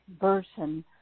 version